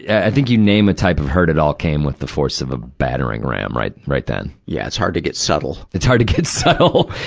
i think you name a type of hurt. it all came with the force of a battering ram right, right then. yeah, it's hard to get subtle. it's hard to get subtle.